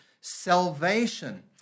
salvation